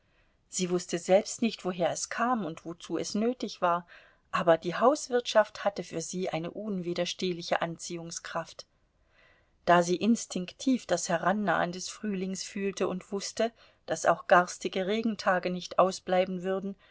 sie wußte selbst nicht woher es kam und wozu es nötig war aber die hauswirtschaft hatte für sie eine unwiderstehliche anziehungskraft da sie instinktiv das herannahen des frühlings fühlte und wußte daß auch garstige regentage nicht ausbleiben würden